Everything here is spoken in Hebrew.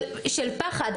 של פחד.